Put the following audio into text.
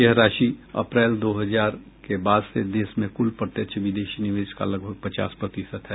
यह राशि अप्रैल दो हजार के बाद से देश में कुल प्रत्यक्ष विदेशी निवेश का लगभग पचास प्रतिशत है